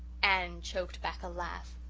anne choked back a laugh.